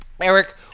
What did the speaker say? Eric